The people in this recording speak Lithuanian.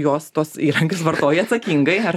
juos tuos įrankius vartoja atsakingai ar